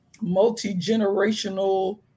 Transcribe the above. multi-generational